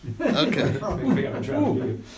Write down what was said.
Okay